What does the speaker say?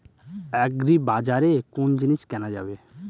আগ্রিবাজারে কোন জিনিস কেনা যাবে?